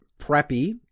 Preppy